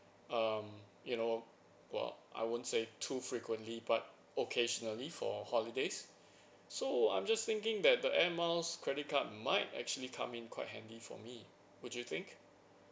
um you know !wah! I won't say too frequently but occasionally for holidays so I'm just thinking that the air miles credit card might actually come in quite handy for me would you think